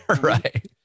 Right